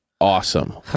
awesome